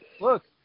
look